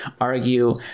argue